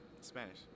Spanish